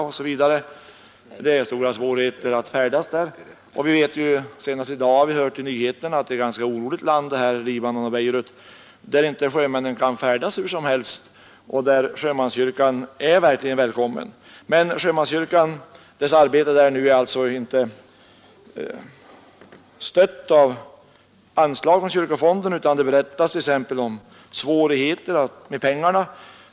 Det innebär stora svårigheter att färdas där, och vi har senast i dag hört på nyheterna att Libanon är ett ganska oroligt land, där sjömännen inte kan färdas hur som helst och där sjömanskyrkan verkligen är välkommen. Men sjömanskyrkans arbete där är nu inte stött med anslag ur kyrkofonden, och det berättas i artikeln om svårigheterna med pengar.